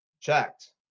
Checked